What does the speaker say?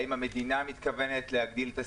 האם המדינה מתכוונת להגדיל את הסיוע?